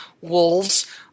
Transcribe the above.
wolves